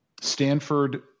Stanford